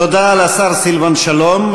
תודה לשר סילבן שלום.